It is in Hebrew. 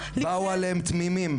באו עליהם תמימים.